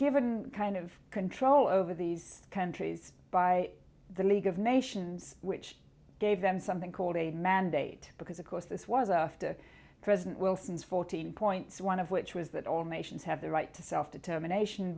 given kind of control over these countries by the league of nations which gave them something called a mandate because of course this was after president wilson's fourteen points one of which was that all nations have the right to self determination